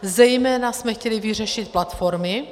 Zejména jsme chtěli vyřešit platformy.